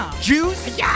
Juice